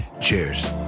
Cheers